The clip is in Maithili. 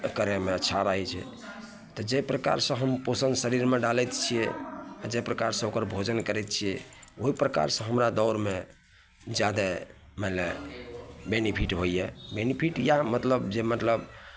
तऽ करैमे अच्छा रहै छै तऽ जाहि प्रकारसे हम पोषण शरीरमे डालै छिए जाहि प्रकारसे ओकर भोजन करै छिए ओहि प्रकारसे हमरा दौड़मे जादे मानिले बेनिफिट होइ यऽ बेनिफिट या मतलब जे मतलब